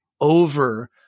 over